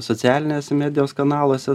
socialinės medijos kanaluose